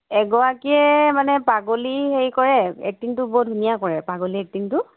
এগৰাকীয়ে মানে পাগলীৰ হেৰি কৰে এক্টিংটো বৰ ধুনীয়া কৰে পাগলীৰ এক্টিংটো